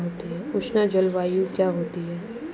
उष्ण जलवायु क्या होती है?